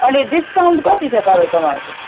अनि डिस्काउन्ट कति छ तपाईँकोमा अहिले